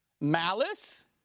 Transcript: malice